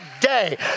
day